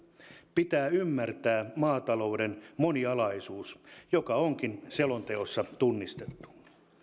pitää ymmärtää maatalouden monialaisuus joka onkin selonteossa tunnistettu